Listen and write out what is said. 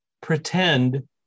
pretend